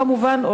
כמובן,